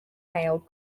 male